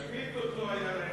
לפיתות לא היה להם כסף.